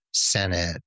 Senate